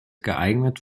geeignet